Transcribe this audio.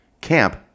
Camp